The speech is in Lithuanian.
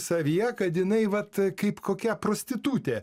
savyje kad jinai vat kaip kokia prostitutė